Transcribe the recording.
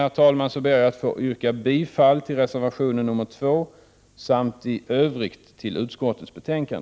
Med det anförda ber jag att få yrka bifall till reservation nr 2 samt i övrigt till utskottets hemställan.